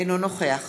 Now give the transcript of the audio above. אינו נוכח